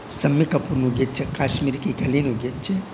શમ્મી કપૂરનું ગીત છે કાશ્મીર કી કલીનું ગીત છે